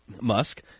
Musk